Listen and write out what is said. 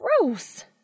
Gross